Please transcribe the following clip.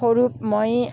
সৰু মই